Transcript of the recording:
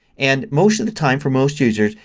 and most of the time, for most users,